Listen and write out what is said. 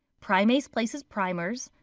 primase places primers.